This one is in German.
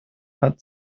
hat